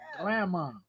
Grandma